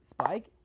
Spike